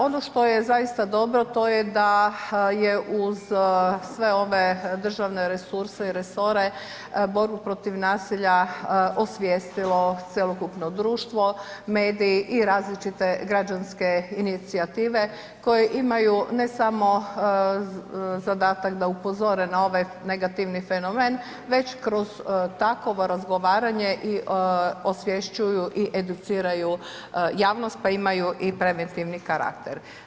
Ono što je zaista dobro, to je da je uz sve ove državne resurse i resore, borbe protiv nasilja osvijestilo cjelokupno društvo, mediji i različiti građanske inicijative, koje imaju ne samo zadatak da upozore na ovaj negativni fenomen, već kroz takovo razgovaranje i osvješćuju i educiraju javnost, pa imaju preventivni karakter.